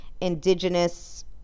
indigenous